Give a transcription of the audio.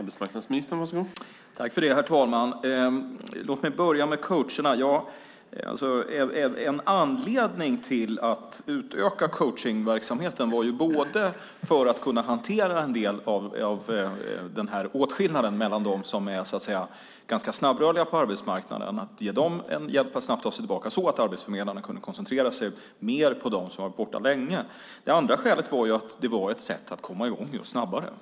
Herr talman! Låt mig börja med frågan om coacherna. Ett skäl till att utöka coachningsverksamheten var att kunna hantera en del av åtskillnaden mellan dem som är ganska snabbrörliga på arbetsmarknaden, att hjälpa dem att snabbt ta sig tillbaka till arbetsmarknaden, och de långtidsarbetslösa, så att arbetsförmedlarna skulle kunna koncentrera sig mer på dem som varit borta länge. Det andra skälet var att det var ett sätt att komma i gång snabbare.